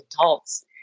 adults